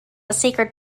sacred